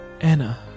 Anna